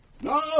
No